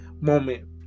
moment